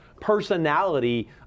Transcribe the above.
personality